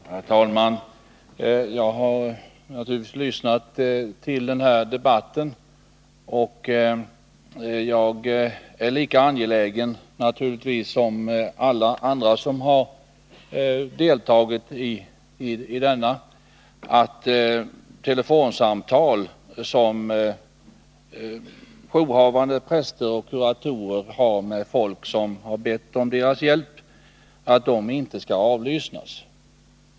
Herr talman! Jag har lyssnat till debatten, och jag är naturligtvis lika angelägen som alla andra som deltagit i den att telefonsamtal som jourhavande präster och kuratorer har med folk som bett om deras hjälp inte skall avlyssnas.